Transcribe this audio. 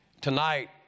tonight